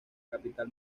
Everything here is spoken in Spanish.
capital